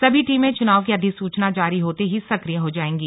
सभी टीमें चुनाव की अधिसूचना जारी होते ही सक्रिय हो जाएंगी